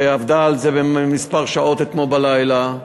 שעבדה על זה כמה שעות אתמול בלילה,